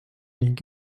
ning